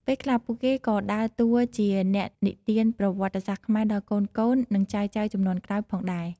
ពេលខ្លះ ពួកគេក៏ដើរតួជាអ្នកនិទានប្រវត្តិសាស្ត្រខ្មែរដល់កូនៗ និងចៅៗជំនាន់ក្រោយផងដែរ។